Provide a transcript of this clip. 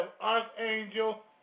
Archangel